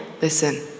listen